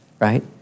right